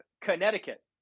Connecticut